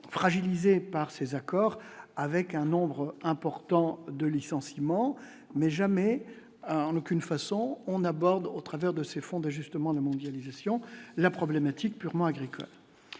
fragilisé par ces accords avec un nombre important de licenciements mais jamais, en aucune façon on aborde, au travers de ces fonds d'justement de la mondialisation, la problématique purement agricole